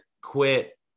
quit